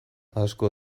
asko